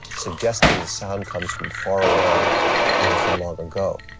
suggesting the sound comes from far away and from long ago.